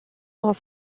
dans